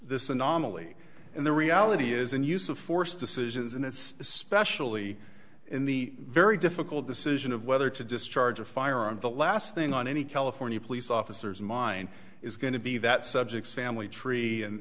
this anomaly and the reality is in use of force decisions and it's especially in the very difficult decision of whether to discharge a firearm the last thing on any california police officers mind is going to be that subjects family tree and